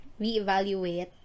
reevaluate